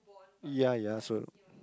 ya ya so